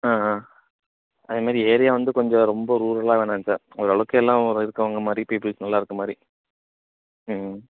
ஆ ஆ அதே மாதிரி ஏரியா வந்து கொஞ்சம் ரொம்ப ரூரலாக வேணாங்க சார் ஓரளவுக்கு எல்லாம் ஓரு இருக்கவங்க மாதிரி பீப்புல்ஸ் நல்லா இருக்க மாதிரி ம்